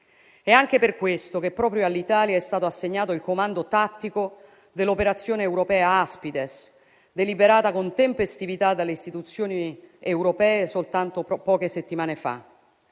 È anche per questo che proprio all'Italia è stato assegnato il comando tattico dell'operazione europea Aspides, deliberata con tempestività dalle istituzioni europee soltanto poche settimane fa.